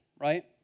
right